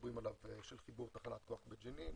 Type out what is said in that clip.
מדברים עליו של חיבור תחנת כוח בג'נין.